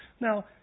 Now